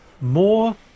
more